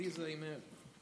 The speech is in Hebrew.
שלוש דקות, בבקשה.